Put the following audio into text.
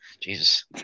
Jesus